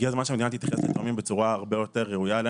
הגיע הזמן שהמדינה תתייחס לתאומים בצורה הרבה יותר ראויה.